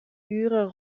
uren